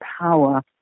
power